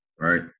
right